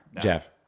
Jeff